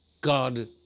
God